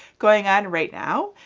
going on right now.